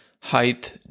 height